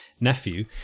nephew